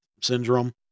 syndrome